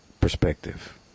perspective